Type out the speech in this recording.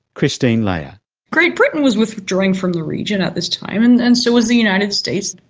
christine leah great britain was withdrawing from the region at this time and and so was the united states.